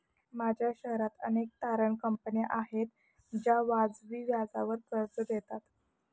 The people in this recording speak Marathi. माझ्या शहरात अनेक तारण कंपन्या आहेत ज्या वाजवी व्याजावर कर्ज देतात